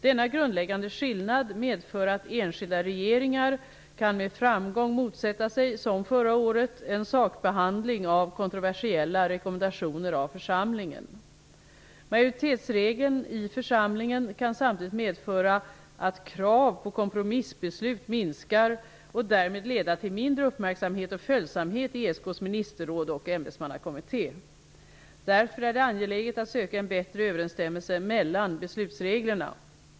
Denna grundläggande skillnad medför att enskilda regeringar med framgång kan motsätta sig -- som förra året -- en sakbehandling av kontroversiella rekommendationer av församlingen. Majoritetsregeln i församlingen kan samtidigt medföra att krav på kompromissbeslut minskar och därmed leda till mindre uppmärksamhet och följsamhet i ESK:s ministerråd och ämbetsmannakommitté. Därför är det angeläget att söka en bättre överensstämmelse mellan beslutsreglerna.